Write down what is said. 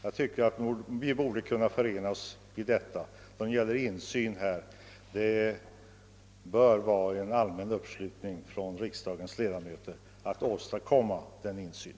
Jag tycker att vi i denna fråga borde kunna enas om att det skall vara en allmän uppslutning från riksdagens ledamöter för att åstadkomma denna insyn.